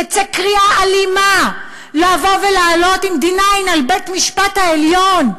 תצא קריאה אלימה לבוא ולעלות עם D-9 על בית-המשפט העליון.